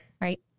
Right